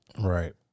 right